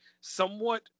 somewhat